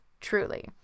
truly